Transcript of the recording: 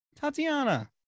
Tatiana